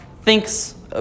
thinks